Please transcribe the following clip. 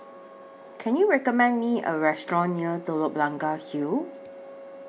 Can YOU recommend Me A Restaurant near Telok Blangah Hill